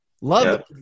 Love